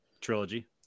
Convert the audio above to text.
trilogy